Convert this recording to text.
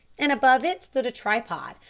and above it stood a tripod,